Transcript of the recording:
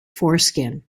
foreskin